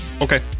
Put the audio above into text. Okay